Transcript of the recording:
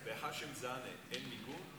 בח'שם זנה אין מיגון?